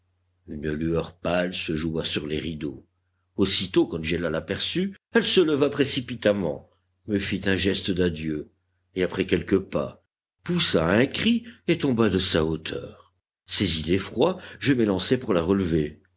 une lueur pâle se joua sur les rideaux aussitôt qu'angéla l'aperçut elle se leva précipitamment me fit un geste d'adieu et après quelques pas poussa un cri et tomba de sa hauteur saisi d'effroi je m'élançai pour la relever